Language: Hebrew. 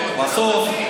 בסוף,